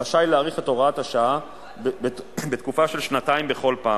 רשאי להאריך את הוראת השעה בתקופה של שנתיים בכל פעם.